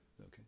okay